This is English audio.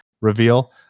reveal